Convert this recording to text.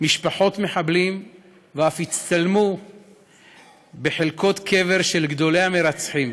משפחות מחבלים ואף הצטלמו בחלקות קבר של גדולי המרצחים.